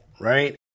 right